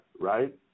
right